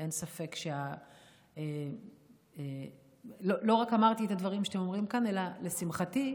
אלא לשמחתי,